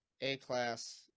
A-Class